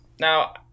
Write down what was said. Now